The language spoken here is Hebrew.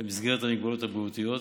במסגרת המגבלות הבריאותיות,